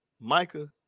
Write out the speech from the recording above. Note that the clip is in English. Micah